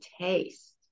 taste